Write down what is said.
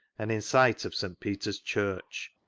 and in sight of st. peter's church.